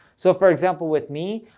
so for example with me,